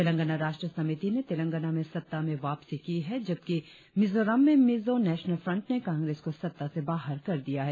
तेलंगाना राष्ट्र समिति ने तेलंगाना में सत्ता में वापसी की है जबकि मिजोरम में मिजो नेशनल फ्रंट ने कांग्रेस को सत्ता से बाहर कर दिया है